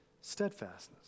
steadfastness